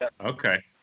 okay